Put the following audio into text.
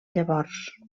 llavors